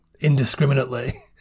indiscriminately